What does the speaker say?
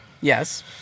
Yes